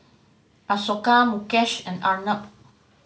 Ashoka Mukesh and Arnab